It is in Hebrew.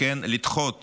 וכן לדחות